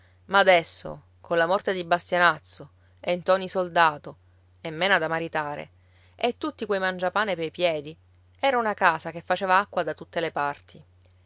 ma adesso colla morte di bastianazzo e ntoni soldato e mena da maritare e tutti quei mangiapane pei piedi era una casa che faceva acqua da tutte le parti